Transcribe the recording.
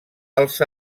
els